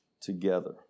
Together